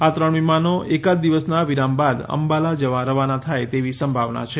આ ત્રણ વિમાનો એકાદ દિવસના વિરામ બાદ અમ્બાલા જવા રવાના થાય તેવી સંભાવના છે